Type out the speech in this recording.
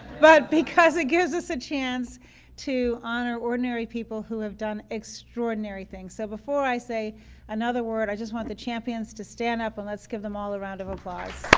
but because it gives us a chance to honor ordinary people who have done extraordinary things. so, before i say another word i just want the champions to stand up and let's give them all a round of applause.